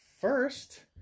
first